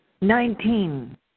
Nineteen